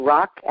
Rock